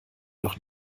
noch